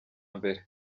mbere